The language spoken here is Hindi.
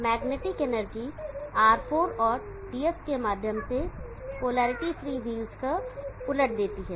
Magnetic energy R4 और Df के माध्यम से पोलैरिटी फ्री व्हीलस का उलटा होता है